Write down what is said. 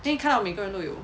then 看到每个人都有